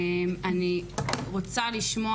אני רוצה לשמוע